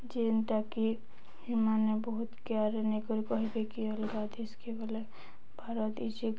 ଯେନ୍ତାକି ଏମାନେ ବହୁତ କେୟାର ନେଇକରି କହିବେ କି ଅଲଗା ଦେଶ୍କେ ଗଲେ ଭାରତ ଯେ